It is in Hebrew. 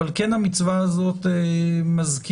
אבל כן המצווה הזאת מזכירה